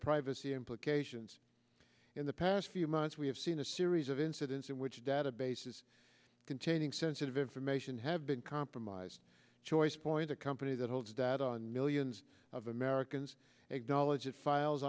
privacy implications in the past few months we have seen a series of incidents in which databases containing sensitive information have been compromised choice point a company that holds data on millions of americans acknowledge it files